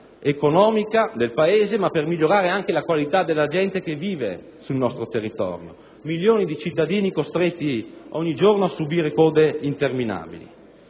economica del Paese ma anche per migliorare la qualità della vita della gente sul nostro territorio: milioni di cittadini sono costretti ogni giorno a subire code interminabili.